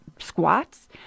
squats